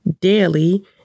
daily